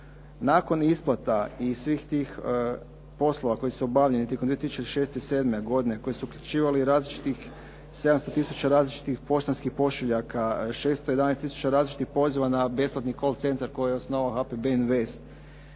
Nakon isplata i svih tih poslova koji su obavljeni tijekom 2006./07. godine koji su uključivali različitih, 700 tisuća različitih poštanskih pošiljaka, 611 tisuća različitih poziva na besplatni call centar koji je osnovao HPB invest